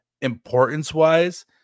importance-wise